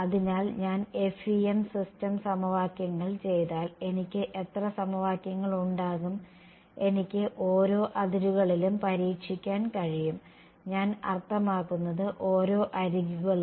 അതിനാൽ ഞാൻ FEM system സമവാക്യങ്ങൾ ചെയ്താൽ എനിക്ക് എത്ര സമവാക്യങ്ങൾ ഉണ്ടാകും എനിക്ക് ഓരോ അതിരുകളിലും പരീക്ഷിക്കാൻ കഴിയും ഞാൻ അർത്ഥമാക്കുന്നത് ഓരോ അരികുകളും